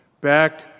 back